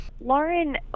Lauren